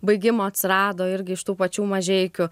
baigimo atsirado irgi iš tų pačių mažeikių